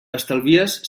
estalvies